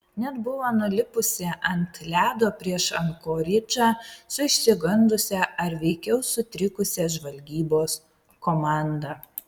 net buvo nulipusi ant ledo prieš ankoridžą su išsigandusia ar veikiau sutrikusia žvalgybos komanda